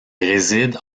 réside